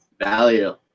value